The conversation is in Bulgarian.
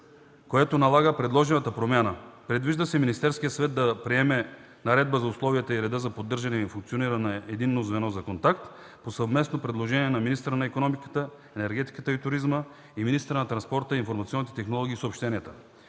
което налага предложената промяна. Предвижда се Министерският съвет да приеме наредба за условията и реда за поддържане и функциониране на Единното звено за контакт по съвместно предложение на министъра на икономиката, енергетиката и туризма и министъра на транспорта, информационните технологии и съобщенията.